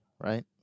right